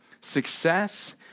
success